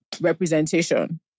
representation